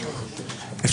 שאלה לפני.